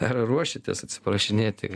ar ruošiatės atsiprašinėti